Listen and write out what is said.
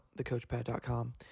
thecoachpad.com